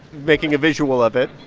making a visual of it